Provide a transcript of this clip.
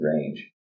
range